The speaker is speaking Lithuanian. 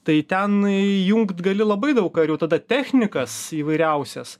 tai ten įjungt gali labai daug karių tada technikas įvairiausias